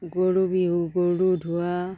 গৰু বিহু গৰু ধোৱা